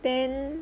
then